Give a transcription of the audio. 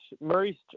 Murray